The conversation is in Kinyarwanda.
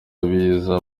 biza